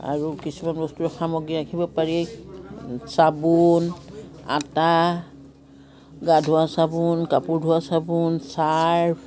আৰু কিছুমান বস্তু সামগ্ৰী ৰাখিব পাৰি চাবোন আটা গা ধোৱা চাবোন কাপোৰ ধোৱা চাবোন চাৰ্ফ